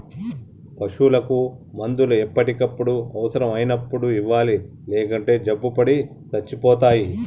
పశువులకు మందులు ఎప్పటికప్పుడు అవసరం అయినప్పుడు ఇవ్వాలి లేకుంటే జబ్బుపడి సచ్చిపోతాయి